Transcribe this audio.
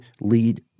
lead